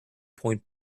point